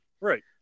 Right